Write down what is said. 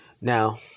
Now